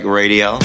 radio